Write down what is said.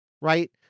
right